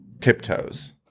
Tiptoes